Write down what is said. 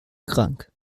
krank